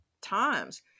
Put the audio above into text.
times